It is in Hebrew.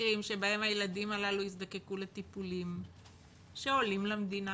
מקרים שבהם הילדים הללו יזדקקו לטיפולים שעולים למדינה